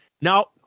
Now